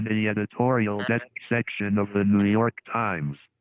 and the editorial section of the new york times.